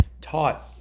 taught